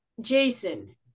Jason